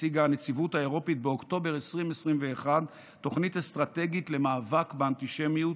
הציגה הנציבות האירופית באוקטובר 2021 תוכנית אסטרטגית למאבק באנטישמיות